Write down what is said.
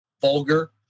vulgar